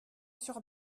sur